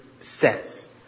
says